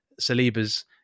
Saliba's